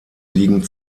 liegen